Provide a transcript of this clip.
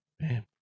Man